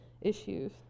issues